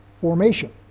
formation